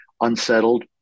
unsettled